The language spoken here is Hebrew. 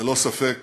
ללא ספק